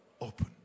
open